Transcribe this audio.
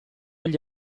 gli